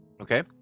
Okay